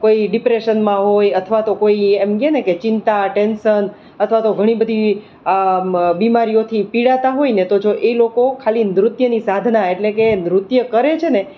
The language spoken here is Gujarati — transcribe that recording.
કોઈ ડિપ્રેશનમાં હોય અથવા તો કોઈ એ એમ કહે ને કે ચિંતા ટેન્શન અથવા તો ઘણી બધી બિમારીઓથી પીડાતા હોય ને તો એ લોકો ખાલી નૃત્યની સાધના એટલે કે નૃત્ય કરે છે ને